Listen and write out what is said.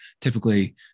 typically